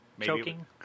Choking